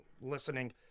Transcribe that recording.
listening